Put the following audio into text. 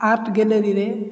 art ଗ୍ୟାଲେରୀରେ